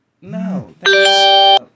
No